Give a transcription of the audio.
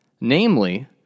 Namely